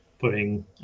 putting